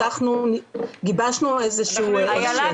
גיבשנו איזה שהוא --- אילה,